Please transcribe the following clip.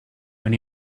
when